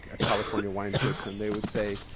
a california wine person, they would say,